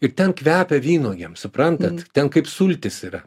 ir ten kvepia vynuogėm suprantant ten kaip sultys yra